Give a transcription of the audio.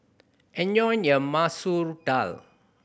enjoy your Masoor Dal